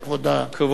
כבוד היושב-ראש,